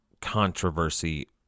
controversy